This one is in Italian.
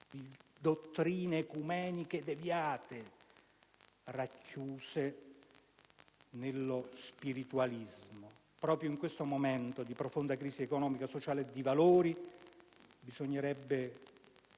dottrine ecumeniche deviate racchiuse nello spiritualismo. Proprio in questo momento di profonda crisi economica, sociale e di valori, bisognerebbe